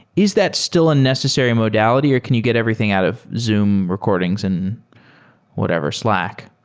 is that still a necessary modality or can you get everything out of zoom recordings and whatever? slack?